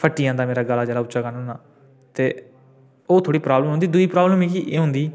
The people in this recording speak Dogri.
फट्टी जंदा मेरा गला जेल्लै उच्चा गान्ना होन्नां ते ओह् थोह्ड़ी प्राब्लम होंदी दुई प्राब्लम मिकी एह् होंदी